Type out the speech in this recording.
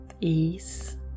ease